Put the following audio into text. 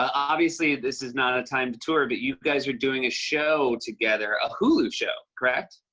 obviously, this is not a time to tour, but you guys are doing a show together. a hulu show, correct?